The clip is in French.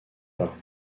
pas